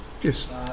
Yes